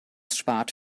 spart